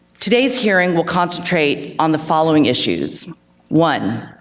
today's hearing will concentrate on the following issues one,